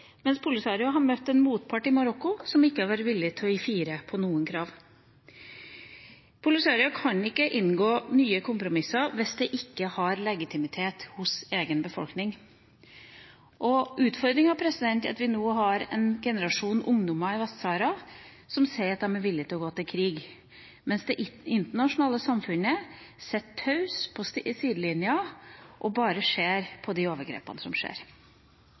har møtt en motpart i Marokko som ikke har vært villig til å fire på noen krav. Polisario kan ikke inngå nye kompromisser hvis det ikke har legitimitet hos egen befolkning. Utfordringa er at vi nå har en generasjon ungdommer i Vest-Sahara som sier at de er villig til å gå til krig, mens det internasjonale samfunnet sitter taus på sidelinja og bare ser på de overgrepene som skjer.